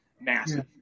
massive